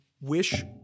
wish